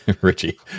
Richie